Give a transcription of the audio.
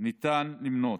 ניתן למנות: